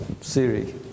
Siri